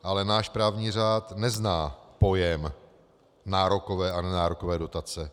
Ale náš právní řád nezná pojem nárokové a nenárokové dotace.